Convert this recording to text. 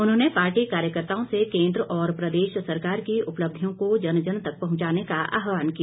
उन्होंने पार्टी कार्यकर्ताओं से केंद्र और प्रदेश सरकार की उपलब्धियों को जन जन तक पहुंचाने का आहवान किया